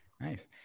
Nice